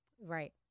Right